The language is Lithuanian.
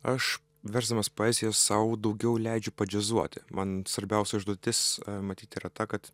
aš versdamas poeziją sau daugiau leidžiu padžiazuoti man svarbiausia užduotis matyt yra ta kad